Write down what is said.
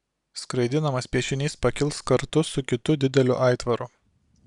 skraidinamas piešinys pakils kartu su kitu dideliu aitvaru